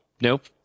nope